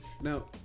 now